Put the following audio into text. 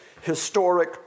historic